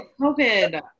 COVID